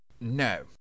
No